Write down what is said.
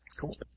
Cool